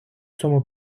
цьому